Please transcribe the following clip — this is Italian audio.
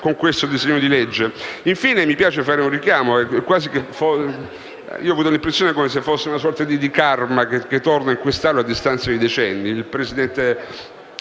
Infine mi piace fare un richiamo, perché ho avuto l'impressione che fosse una sorte di *karma* che torna in quest'Aula a distanza di decenni: